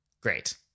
Great